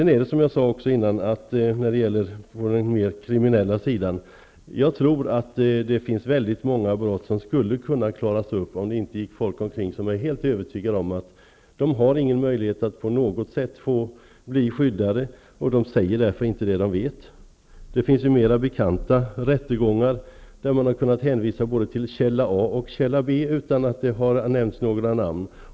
När det sedan gäller den mer kriminella sidan tror jag, som jag redan sagt, att väldigt många brott skulle kunna klaras upp om människor var helt övertygade om att de hade möjlighet att på något sätt få skydd. Så länge människor inte har det här skyddet säger de ju inte vad de vet. Det finns ju mera kända rättegångar, där man har hänvisat både till källa A och till källa B utan att några namn har nämnts.